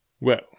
Well